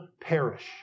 perish